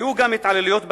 היו גם התעללויות בנשים.